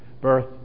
birth